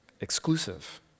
exclusive